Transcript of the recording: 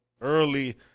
early